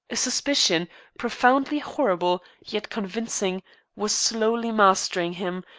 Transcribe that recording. a suspicion profoundly horrible, yet convincing was slowly mastering him,